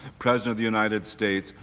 president of the united states,